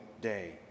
day